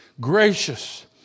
Gracious